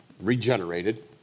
regenerated